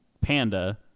Panda